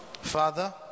Father